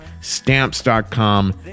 stamps.com